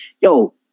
Yo